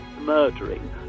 murdering